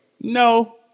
No